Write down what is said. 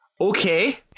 Okay